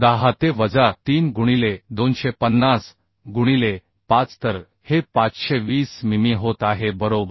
10 ते वजा 3 गुणिले 250 गुणिले 5 तर हे 520 मिमी होत आहे बरोबर